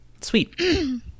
Sweet